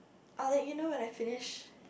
I'll let you know when I finish